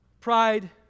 Pride